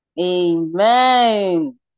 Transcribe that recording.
amen